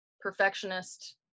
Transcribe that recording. perfectionist